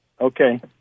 Okay